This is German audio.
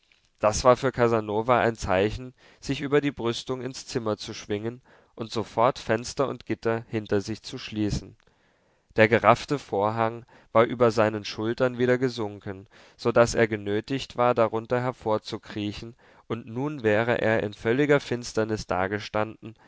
das war für casanova ein zeichen sich über die brüstung ins zimmer zu schwingen und sofort fenster und gitter hinter sich zu schließen der geraffte vorhang war über seinen schultern wieder gesunken so daß er genötigt war darunter hervorzukriechen und nun wäre er in völliger finsternis dagestanden